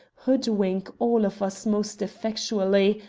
hoodwink all of us most effectually,